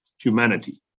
humanity